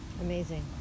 Amazing